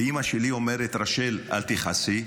ואימא שלי אומרת, רשל, אל תכעסי,